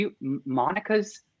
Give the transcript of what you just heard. Monica's